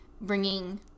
Bringing